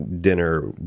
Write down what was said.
dinner